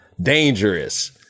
dangerous